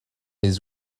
les